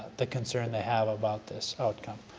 the concern they have about this outcome.